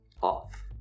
off